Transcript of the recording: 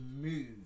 move